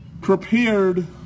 prepared